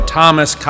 Thomas